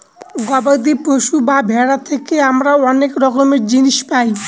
গবাদি পশু বা ভেড়া থেকে আমরা অনেক রকমের জিনিস পায়